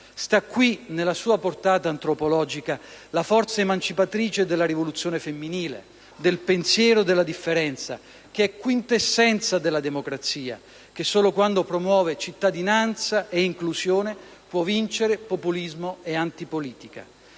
Sta qui, nella sua portata antropologica, la forza emancipatrice della rivoluzione femminile, del pensiero della differenza, che è quintessenza della democrazia, che solo quando promuove cittadinanza ed inclusione può vincere populismo ed antipolitica.